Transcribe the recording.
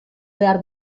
behar